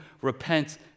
repent